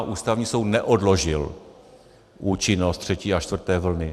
Ústavní soud neodložil účinnost třetí a čtvrté vlny.